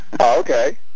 Okay